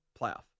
playoff